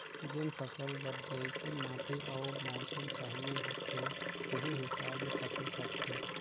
जेन फसल बर जइसन माटी अउ मउसम चाहिए होथे तेही हिसाब ले फसल करथे